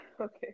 okay